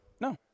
No